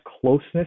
closeness